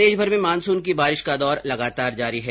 प्रदेशभर में मानसून की बारिश का दौरा लगातार जारी है